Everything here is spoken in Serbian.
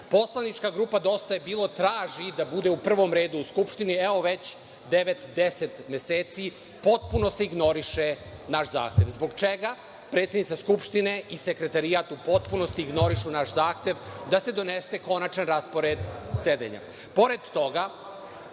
Poslanička grupa Dosta je bilo traži da bude u prvom redu u Skupštini evo već devet, deset meseci. Potpuno se ignoriše naš zahtev. Zbog čega predsednica Skupštine i sekretarijat u potpunosti ignorišu naš zahtev da se donese konačan raspored sedenja?